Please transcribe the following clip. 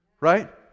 right